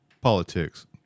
politics